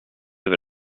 vais